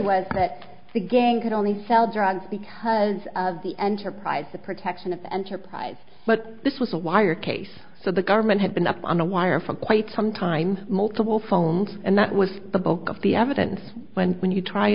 was that the gang could only sell drugs because of the enterprise the protection of enterprise eyes but this was a wire case so the government had been up on a wire from quite some time multiple phones and that was the bulk of the evidence when when you try